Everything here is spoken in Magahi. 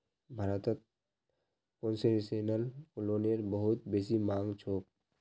भारतत कोन्सेसनल लोनेर बहुत बेसी मांग छोक